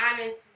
honest